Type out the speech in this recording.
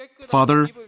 Father